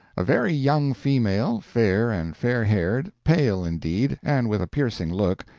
a very young female, fair and fair-haired, pale, indeed, and with a piercing look,